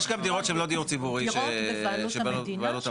יש כאן דירות שהן לא דירות ציבוריות בבעלות המדינה.